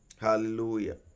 Hallelujah